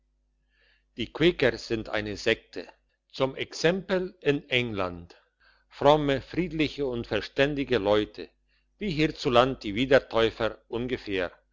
die quäker sind eine sekte zum exempel in england fromme friedliche und verständige leute wie hierzuland die wiedertäufer ungefähr